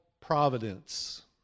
providence